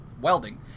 welding